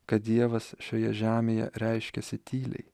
kad dievas šioje žemėje reiškiasi tyliai